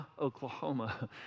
Oklahoma